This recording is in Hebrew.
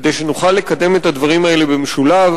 כדי שנוכל לקדם את הדברים האלה במשולב